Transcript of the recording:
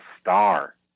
star